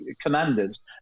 commanders